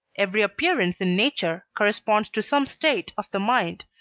every appearance in nature corresponds to some state of the mind,